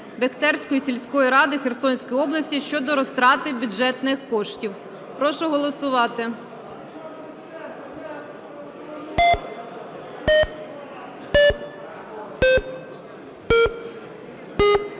Бехтерської сільської ради Херсонської області щодо розтрати бюджетних коштів. Прошу голосувати.